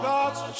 God's